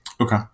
Okay